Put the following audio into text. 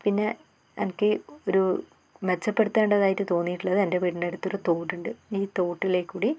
പിന്നെ എനിക്ക് ഒരു മെച്ചപ്പെടുത്തേണ്ടതായിട്ട് തോന്നിയിട്ടുള്ളത് എൻ്റെ വീടിൻ്റെ അടുത്ത് ഒരു തോടുണ്ട് ഈ തോട്ടിലെ കൂടി